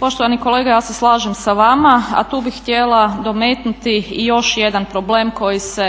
Poštovani kolega ja se slažem sa vama, a tu bih htjela dometnuti i još jedan problem koji se